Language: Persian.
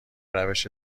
روش